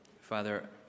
Father